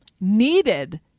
needed